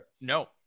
No